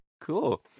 Cool